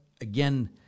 again